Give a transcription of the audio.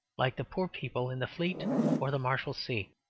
like the poor people in the fleet or the marshalsea.